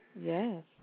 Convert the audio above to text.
Yes